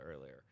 earlier